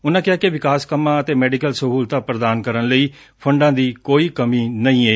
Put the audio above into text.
ਉਨਾਂ ਕਿਹਾ ਕਿ ਵਿਕਾਸ ਕੰਮਾਂ ਅਤੇ ਮੈਡੀਕਲ ਸਹੁਲਤਾਂ ਪੁਦਾਨ ਕਰਨ ਲਈ ਫੰਡਾਂ ਦੀ ਕੋਈ ਕਮੀ ਨਹੀਂ ਏ